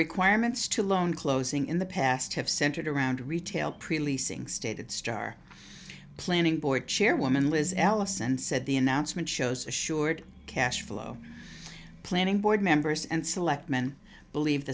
requirements to loan closing in the past have centered around retail pre leasing stated star planning board chairwoman liz allison said the announcement shows assured cashflow planning board members and selectman believe